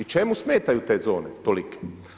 I čemu smetaju te zone tolike?